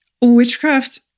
Witchcraft